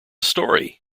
story